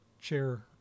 chair